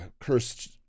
cursed